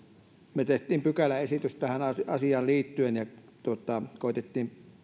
me teimme pykäläesityksen tähän asiaan liittyen ja koetimme